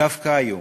דווקא היום,